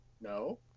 No